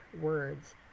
words